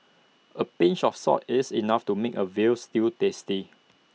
A pinch of salt is enough to make A Veal Stew tasty